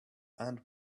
and